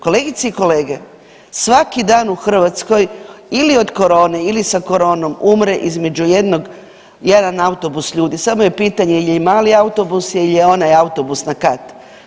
Kolegice i kolege, svaki dan u Hrvatskoj ili od korone ili sa koronom umre između jednog, jedan autobus ljudi samo je pitanje jel je mali autobus, jel je onaj autobus na kat.